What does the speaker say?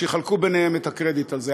שיחלקו ביניהם את הקרדיט הזה.